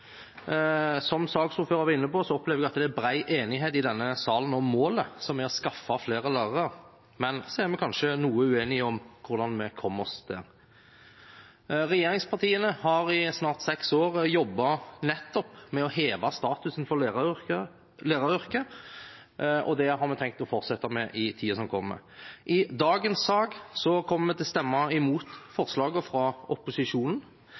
Som saksordføreren var inne på, opplever jeg at det er bred enighet i denne salen om målet, som er å skaffe flere lærere, men så er vi kanskje noe uenige om hvordan vi kommer oss dit. Regjeringspartiene har i snart seks år jobbet nettopp med å heve statusen for læreryrket, og det har vi tenkt å fortsette med i tiden som kommer. I dagens sak kommer vi til å stemme mot forslagene fra opposisjonen,